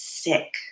sick